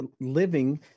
living